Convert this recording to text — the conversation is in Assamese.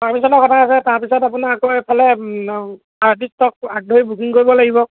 পাৰ্মিশ্যনৰ কথা আছে তাৰপিছত আপোনাৰ আকৌ এইফালে আৰ্টিষ্টক আগধৰি বুকিং কৰিব লাগিব